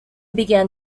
began